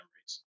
memories